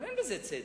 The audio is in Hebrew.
אבל אין בזה צדק,